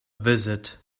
visit